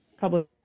public